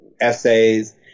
essays